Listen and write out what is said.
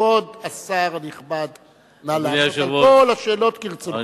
כבוד השר הנכבד, נא לענות על כל השאלות כרצונך.